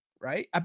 right